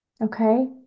okay